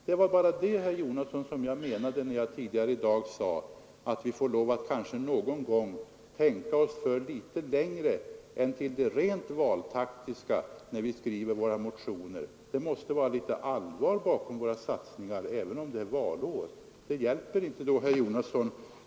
Det var detta jag menade, herr Jonasson, när jag tidigare i dag sade att vi kanske någon gång får lov att tänka litet längre än till det rent valtaktiska när vi skriver våra motioner. Det måste finnas lite allvar 91 bakom våra satsningar, även om det är valår. Det hjälper inte.